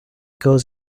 goes